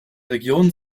region